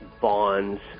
bonds